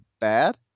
bad